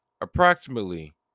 approximately